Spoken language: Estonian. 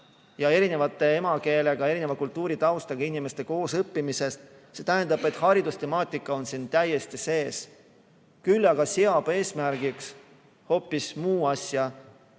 erineva emakeelega, erineva kultuuritaustaga inimeste koosõppimisest. See tähendab, et haridustemaatika on siin täiesti sees. Küll aga seab see eesmärgiks hoopis muu asja